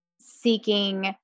seeking